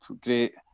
great